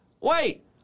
Wait